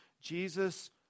Jesus